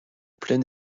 pleine